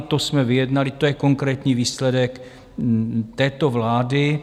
To jsme vyjednali, to je konkrétní výsledek této vlády.